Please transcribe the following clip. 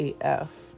AF